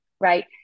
Right